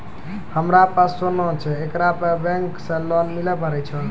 हमारा पास सोना छै येकरा पे बैंक से लोन मिले पारे छै?